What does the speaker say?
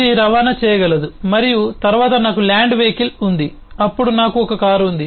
ఇది రవాణా చేయగలదు మరియు తరువాత నాకు ల్యాండ్ వెహికల్ ఉంది అప్పుడు నాకు కారు ఉంది